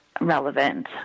relevant